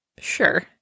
Sure